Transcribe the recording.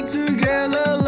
together